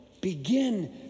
Begin